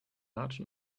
large